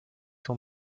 son